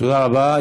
תודה רבה.